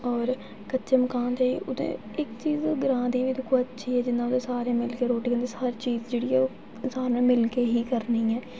होर कच्चे मकान ते उ'त्थें इक चीज़ ग्रांऽ दी ओह् दिक्खो अच्छी ऐ जि'यां सारें मिलियै हर चीज़ जेह्ड़ी ऐ ओह् सारें मिलके ही करनी ऐ